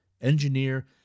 engineer